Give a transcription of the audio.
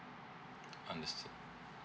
understood